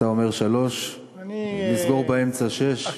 אתה אומר שלוש, נסגור באמצע, שש.